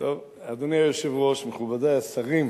אדוני היושב-ראש, מכובדי השרים,